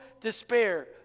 despair